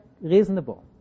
reasonable